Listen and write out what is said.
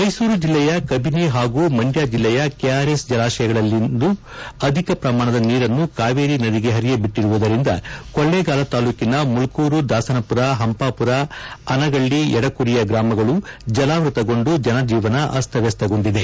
ಮೈಸೂರು ಜಿಲ್ಲೆಯ ಕಬಿನಿ ಹಾಗೂ ಮಂದ್ಯ ಜಿಲ್ಲೆಯ ಕೆಆರ್ ಎಸ್ ಜಲಾಶಯಗಳಿಂದು ಅಧಿಕ ಪ್ರಮಾಣದ ನೀರನ್ನು ಕಾವೇರಿ ನದಿಗೆ ಹರಿಯಬಿಟ್ಟಿರುವುದರಿಂದ ಕೊಳ್ಳೇಗಾಲ ತಾಲೂಕಿನ ಮುಳ್ಕೂರು ದಾಸನಪುರ ಹಂಪಾಪುರ ಅನಗಳ್ಳಿ ಯಡಕುರಿಯ ಗ್ರಾಮಗಳು ಜಲಾವೃತಗೊಂಡು ಜನಜೀವನ ಅಸ್ತವ್ಯಸ್ತಗೊಂಡಿದೆ